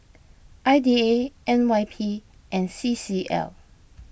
I D A N Y P and C C L